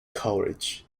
courage